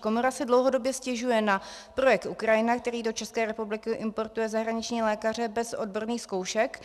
Komora si dlouhodobě stěžuje na projekt Ukrajina, který do České republiky importuje zahraniční lékaře bez odborných zkoušek,